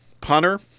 punter